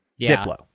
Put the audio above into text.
Diplo